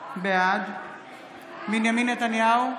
בעד בנימין נתניהו,